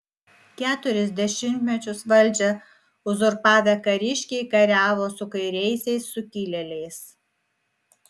keturis dešimtmečius valdžią uzurpavę kariškiai kariavo su kairiaisiais sukilėliais